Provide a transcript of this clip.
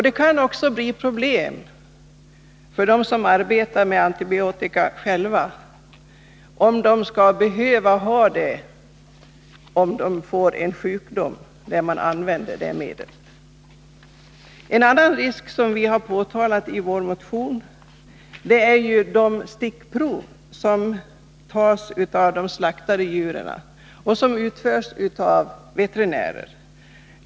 Det kan också bli problem för dem som arbetar med antibiotika om de själva får en sjukdom där medlet skulle behöva användas. En annan risk som vi har påtalat i vår motion gäller de stickprov som tas av de slaktade djuren. Dessa prover tas av veterinärer.